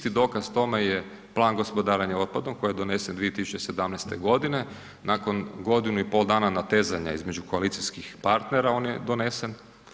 Čisti dokaz tome je Plan gospodarenja otpadom koji je donesen 2017. godine nakon godinu i pol dana natezanja između koalicijskih partnera on je donesen.